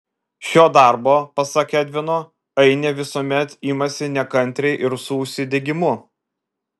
šio darbo pasak edvino ainė visuomet imasi nekantriai ir su užsidegimu